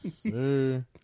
sir